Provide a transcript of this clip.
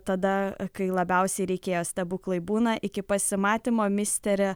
tada kai labiausiai reikėjo stebuklai būna iki pasimatymo misteri